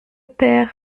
pêr